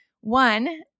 One